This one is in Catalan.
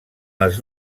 les